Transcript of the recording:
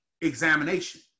examination